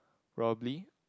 probably